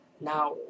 Now